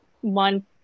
one